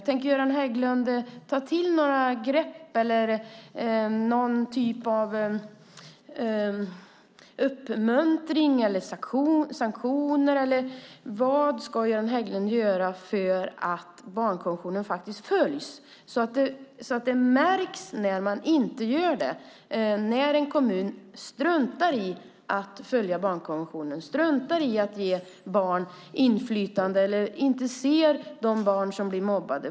Tänker Göran Hägglund ta till några grepp eller någon typ av uppmuntran eller sanktioner? Vad ska Göran Hägglund göra för att barnkonventionen faktiskt ska följas så att det märks när man inte gör det, när en kommun struntar i att följa barnkonventionen, struntar i att ge barn inflytande eller inte ser de barn som blir mobbade?